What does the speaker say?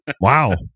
Wow